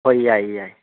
ꯍꯣꯏ ꯌꯥꯏ ꯌꯥꯏ